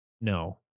No